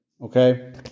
okay